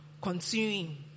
Continuing